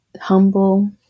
humble